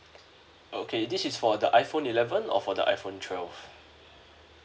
okay this is for the iphone eleven or for the iphone twelve